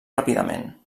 ràpidament